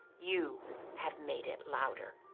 you have made it louder.